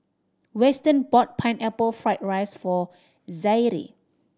Weston bought Pineapple Fried rice for Zaire